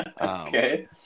Okay